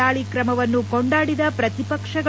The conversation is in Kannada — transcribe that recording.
ದಾಳಿ ಕ್ರಮವನ್ನು ಕೊಂಡಾಡಿದ ಪ್ರತಿಪಕ್ಷಗಳು